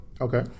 Okay